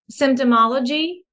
symptomology